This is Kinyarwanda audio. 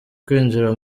kwinjira